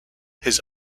his